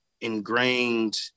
ingrained